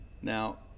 Now